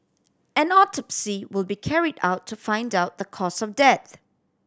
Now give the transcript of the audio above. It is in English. an autopsy will be carried out to find out the cause of death